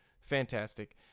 fantastic